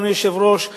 אדוני היושב-ראש,